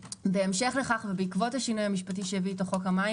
בהמשך לכך ובעקבות השינוי המשפטי שהביא איתו חוק המים